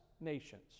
nations